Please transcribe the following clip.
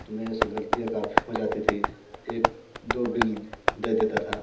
तो मेरे से गलतियाँ काफ़ी हो जाती थी एक दो बिल दे देता था